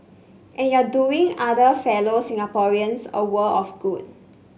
and you're doing other fellow Singaporeans a world of good